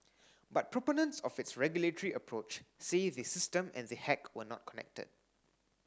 but proponents of its regulatory approach say the system and the hack were not connected